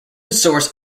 source